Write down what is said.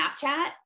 Snapchat